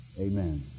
Amen